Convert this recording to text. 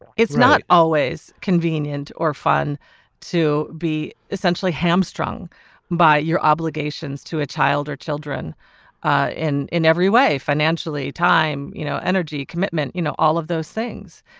it's not always convenient or fun to be essentially hamstrung by your obligations to a child or children in in every way financially time you know energy commitment you know all of those things.